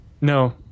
No